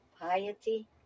Piety